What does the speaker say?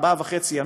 ארבעה ימים וחצי,